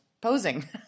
posing